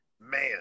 Man